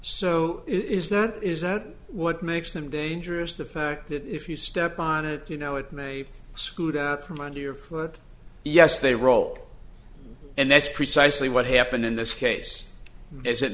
it is that is that what makes them dangerous the fact that if you step on it you know it may scoot out from under your foot yes they roll and that's precisely what happened in this case is